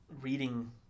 reading